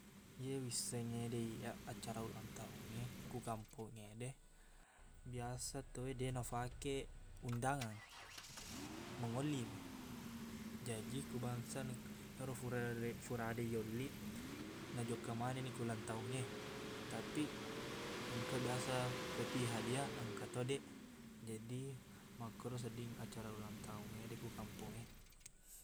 Iye wissengngede iyaq acara ulang tahungnge ku kampongngede, biasa tauwe deq nafake undangan, mangolliqmi. Jaji, ku bangsana ero fura- furade yolliq, najokka manenni ko ulang tahungnge. Tapiq, engka biasa feti hadiah, engkato deq. Jadi makkoro sedding acara ulang tahungngede ku kampongnge.